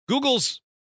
Google's